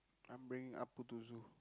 I'm bringing Appu to zoo